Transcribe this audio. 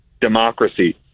democracy